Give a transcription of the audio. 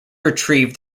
retrieved